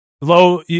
low